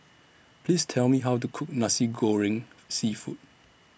Please Tell Me How to Cook Nasi Goreng Seafood